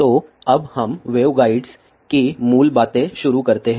तो अब हम वेवगाइड्स की मूल बातें शुरू करते हैं